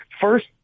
First